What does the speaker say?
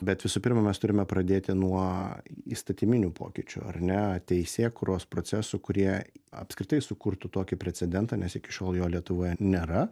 bet visų pirma mes turime pradėti nuo įstatyminių pokyčių ar ne teisėkūros procesų kurie apskritai sukurtų tokį precedentą nes iki šiol jo lietuvoje nėra